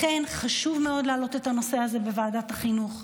לכן חשוב מאוד להעלות את הנושא הזה בוועדת החינוך.